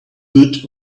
good